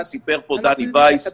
כמו שסיפר פה דני וייס,